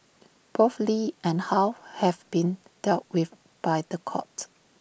both lee and how have been dealt with by The Court